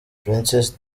princess